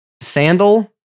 sandal